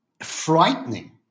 frightening